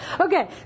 okay